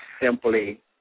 simply